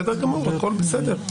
בסדר גמור, הכול בסדר.